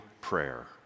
prayer